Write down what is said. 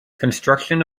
construction